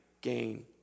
gain